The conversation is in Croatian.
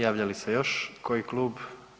Javlja li se još koji klub?